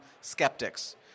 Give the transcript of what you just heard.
skeptics